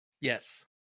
Yes